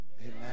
Amen